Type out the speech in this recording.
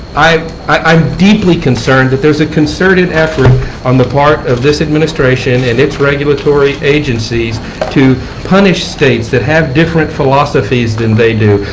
i am deeply concerned that there is a concerted effort on the part of this administration and its regulatory agencies to punish states that have different philosophies than they do,